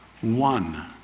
One